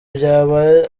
byaba